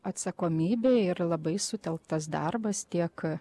atsakomybė ir labai sutelktas darbas tiek